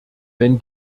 wenn